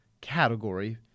category